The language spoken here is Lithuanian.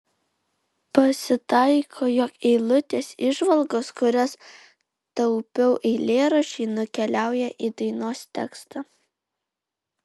pasitaiko jog eilutės įžvalgos kurias taupiau eilėraščiui nukeliauja į dainos tekstą